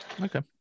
Okay